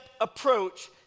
approach